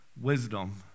wisdom